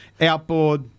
outboard